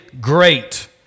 great